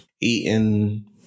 eating